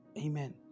Amen